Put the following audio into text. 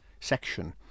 section